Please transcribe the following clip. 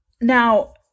now